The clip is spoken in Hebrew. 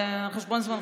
זה על חשבון זמנך.